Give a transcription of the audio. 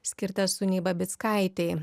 skirtas unei babickaitei